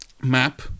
map